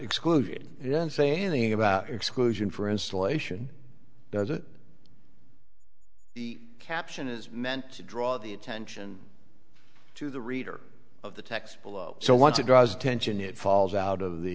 excluded it doesn't say anything about exclusion for insulation does it the caption is meant to draw the attention to the reader of the text below so once you draws attention it falls out of the